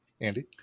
Andy